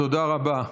תודה רבה.